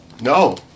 No